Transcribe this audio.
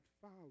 follow